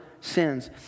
sins